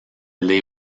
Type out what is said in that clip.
label